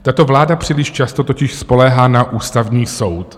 Tato vláda příliš často totiž spoléhá na Ústavní soud.